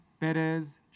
Perez